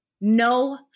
no